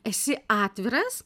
esi atviras